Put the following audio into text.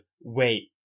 wait